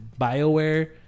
Bioware